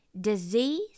disease